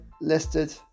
listed